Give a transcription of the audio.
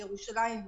ירושלים,